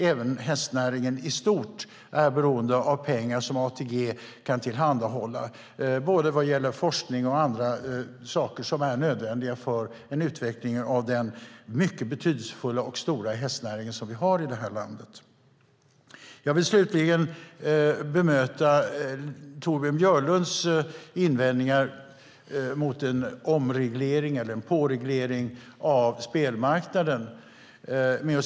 Även hästnäringen i stort är beroende av pengar som ATG kan tillhandahålla vad gäller både forskning och andra saker som är nödvändiga för utvecklingen av den mycket betydelsefulla och stora hästnäring vi har i det här landet. Jag vill slutligen bemöta Torbjörn Björlunds invändningar mot en omreglering eller påreglering av spelmarknaden.